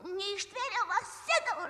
neištvėriau va sėdau ir